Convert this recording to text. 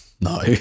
No